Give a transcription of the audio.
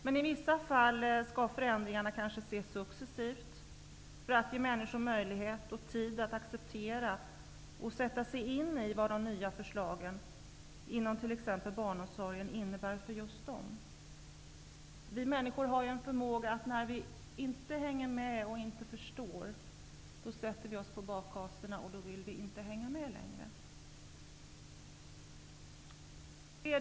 Men i vissa fall skall förändringarna kanske ske successivt för att människor skall ges möjlighet och tid till att acceptera och sätta sig in i vad de nya förslagen, inom t.ex. barnomsorgen, innebär för just dem. Vi människor har ju en förmåga att sätta oss på bakhasorna när vi inte hänger med och inte förstår.